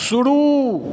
शुरू